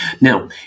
now